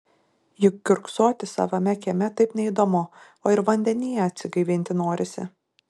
juk kiurksoti savame kieme taip neįdomu o ir vandenyje atsigaivinti norisi